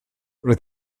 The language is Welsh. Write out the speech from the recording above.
roedd